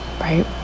Right